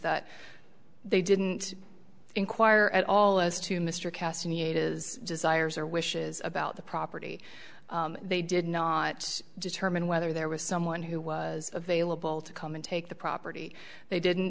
that they didn't inquire at all as to mr kasson it is desires or wishes about the property they did not determine whether there was someone who was available to come in take the property they didn't